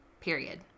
period